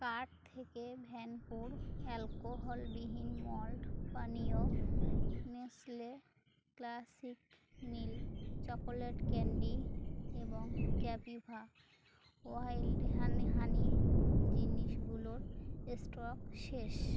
cart থেকে ভ্যানপুর অ্যালকোহলবিহীন মল্ট পানীয় Nestle classic milk chocolate candy এবং ক্যাপিভা ওয়াইল্ড হানি হানি জিনিসগুলোর স্টক শেষ